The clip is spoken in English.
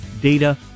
data